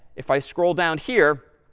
if i scroll down here,